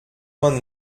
vingt